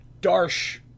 Darsh